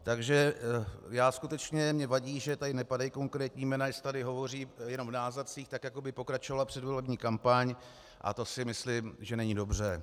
Takže mně skutečně vadí, že tady nepadají konkrétní jména, že se tady hovoří jenom v náznacích, tak jako by pokračovala předvolební kampaň, a to si myslím, že není dobře.